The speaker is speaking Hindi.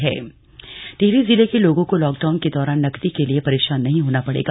मोबीइल एटीएम टिहरी जिले के लोगों को लॉकडाउन के दौरान नकदी के लिए परेशान नहीं होना पड़ेगा